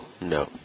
no